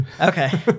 Okay